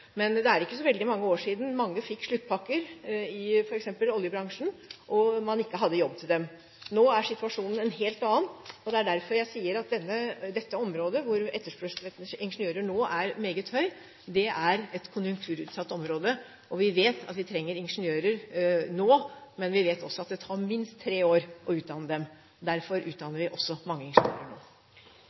Men det er ikke så veldig mange år siden mange fikk sluttpakker i f.eks. oljebransjen – man hadde ikke jobb til dem. Nå er situasjonen en helt annen. Det er derfor jeg sier at dette området, der etterspørselen etter ingeniører er veldig høy, er et konjunkturutsatt område. Vi vet at vi trenger ingeniører nå, men vi vet også at det tar minst tre år å utdanne dem. Derfor utdanner vi mange ingeniører nå.